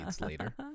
later